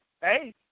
hey